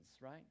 right